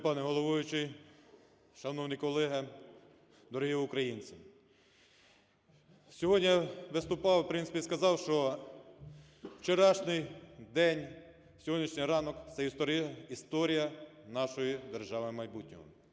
Дякую, пане головуючий. Шановні колеги! Дорогі українці! Сьогодні виступав і, в принципі, сказав, що вчорашній день, сьогоднішній ранок – це історія нашої держави майбутнього.